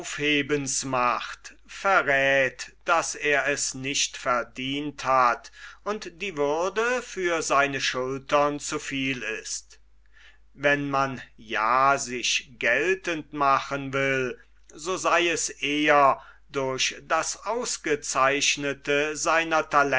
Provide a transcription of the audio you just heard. aufhebens macht verräth daß er es nicht verdient hat und die würde für seine schultern zu viel ist wenn man ja sich geltend machen will so sei es eher durch das ausgezeichnete seiner